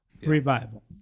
revival